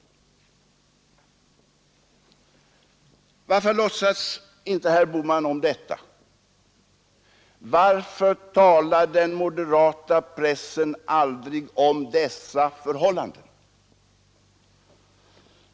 Varför låtsas herr Bohman inte om detta? Varför talar den moderata pressen aldrig om dessa förhållanden?